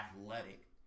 athletic